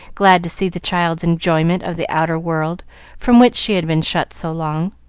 glad to see the child's enjoyment of the outer world from which she had been shut so long.